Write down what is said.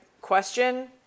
question